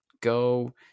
go